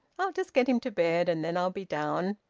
i'll just get him to bed, and then i'll be down.